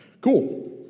Cool